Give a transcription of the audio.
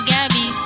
Gabby